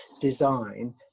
design